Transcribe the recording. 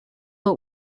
but